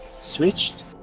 switched